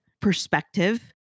perspective